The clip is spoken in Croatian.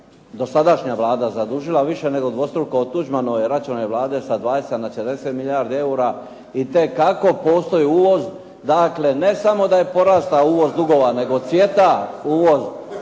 dosadašnja Vlada zadužila više nego dvostruko od Tuđmanove i Račanove Vlade sa 20 na 40 milijardi eura itekako postoji uvoz. Dakle, ne samo da je porastao uvoz dugova, nego cvjeta uvoz